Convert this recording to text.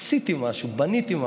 בינתיים